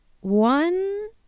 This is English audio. one